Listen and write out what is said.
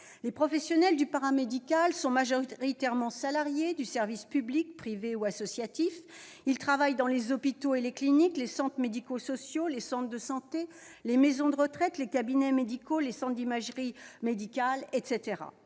Les professionnels du secteur paramédical sont majoritairement salariés, du secteur public, privé ou associatif. Ils travaillent dans les hôpitaux et les cliniques, les centres médico-sociaux, les centres de santé, les maisons de retraite, les cabinets médicaux, les centres d'imagerie médicale, etc.